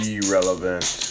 Irrelevant